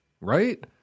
right